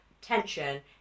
tension